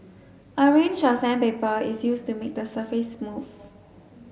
a range of sandpaper is used to make the surface smooth